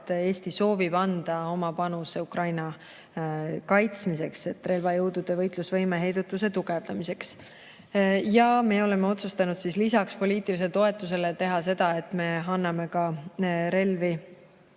Ja Eesti soovib anda oma panuse Ukraina kaitsmiseks, relvajõudude võitlusvõime ja heidutuse tugevdamiseks. Me oleme otsustanud lisaks poliitilisele toetusele teha seda, et anname ka relvi